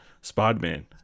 Spider-Man